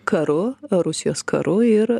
karu rusijos karu ir